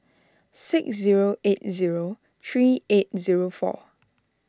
six zero eight zero three eight zero four